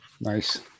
Nice